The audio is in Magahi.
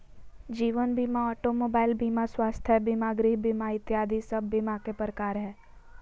जीवन बीमा, ऑटो मोबाइल बीमा, स्वास्थ्य बीमा, गृह बीमा इत्यादि सब बीमा के प्रकार हय